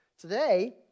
Today